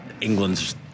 England's